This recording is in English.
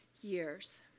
years